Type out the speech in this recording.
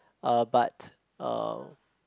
uh but uh